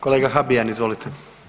Kolega Habijan, izvolite.